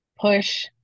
push